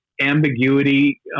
ambiguity